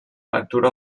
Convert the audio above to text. lectura